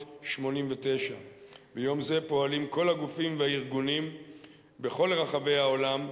1989. ביום זה פועלים כל הגופים והארגונים בכל רחבי העולם,